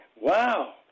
wow